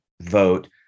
vote